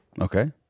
Okay